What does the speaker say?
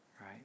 right